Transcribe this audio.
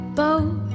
boat